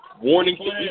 warning